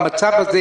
במצב הזה,